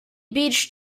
beach